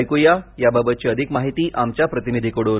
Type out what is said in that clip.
ऐकूया बाबतची अधिक माहिती आमच्या प्रतिनिधीकडून